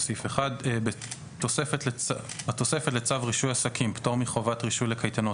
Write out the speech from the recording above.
תיקון התוספת 1. בתוספת לצו רישוי עסקים (פטור מחובת רישוי לקייטנות),